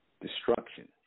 destruction